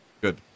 Good